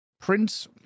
prince